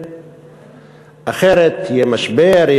אחרת יהיה משבר,